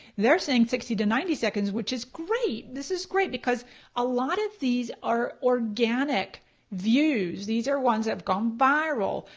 they're saying sixty to ninety seconds, which is great. this is great because a lot of these are organic views. these are ones that have gone viral.